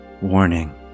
Warning